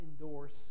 endorse